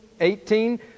eighteen